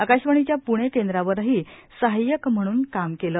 आकाशवाणीच्या पुणे केंद्रावरही सहाय्यक म्हणून काम केलं